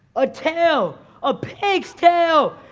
a tail, a pig's tail,